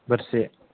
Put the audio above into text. बोरसि